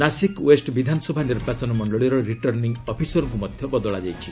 Nashik west ବିଧାନସଭା ନିର୍ବାଚନ ମଣ୍ଡଳୀର ରିଟର୍ଣ୍ଣିଂ ଅଫିସର୍କ୍ ମଧ୍ୟ ବଦଳା ଯାଇଛି